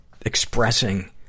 expressing